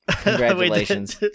Congratulations